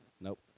Nope